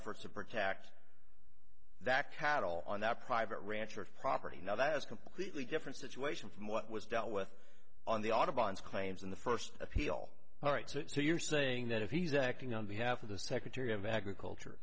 efforts to protect that cattle on that private ranch or of property now that is completely different situation from what was dealt with on the autobahns claims in the first appeal all right so you're saying that if he's acting on behalf of the secretary of agriculture